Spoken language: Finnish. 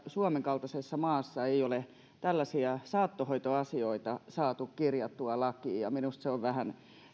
suomen kaltaisessa maassa ei ole tällaisia saattohoitoasioita saatu kirjattua lakiin minusta se tilanne on vähän